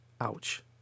Ouch